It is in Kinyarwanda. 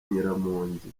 nyiramongi